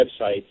websites